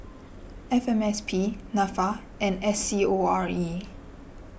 F M S P Nafa and S C O R E